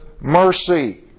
mercy